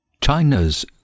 China's